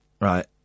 Right